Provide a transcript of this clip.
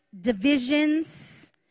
divisions